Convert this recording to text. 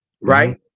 Right